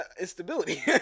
instability